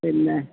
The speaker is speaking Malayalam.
പിന്നെ